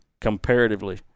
comparatively